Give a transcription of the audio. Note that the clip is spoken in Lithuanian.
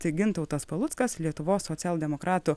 tai gintautas paluckas lietuvos socialdemokratų